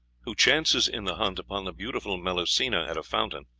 who chances in the hunt upon the beautiful melusina at a fountain,